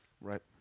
Right